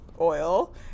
oil